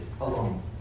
alone